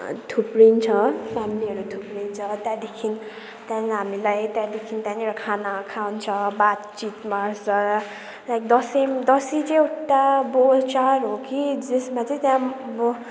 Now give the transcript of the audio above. थुप्रै छ फ्यामिलीहरू थुप्रिन्छ त्यहाँदेखि त्यहाँदेखि हामीलाई त्यहाँनिर खाना खान्छ बातचित मार्छ लाइक दसैँ दसैँ चाहिँ एउटा बो चाड हो कि जसमा चाहिँ त्यहाँ पनि अब